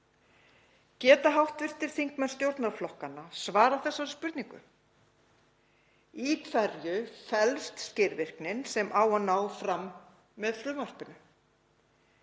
Geta hv. þingmenn stjórnarflokkanna svarað þessari spurningu: Í hverju felst skilvirknin sem á að ná fram með frumvarpinu?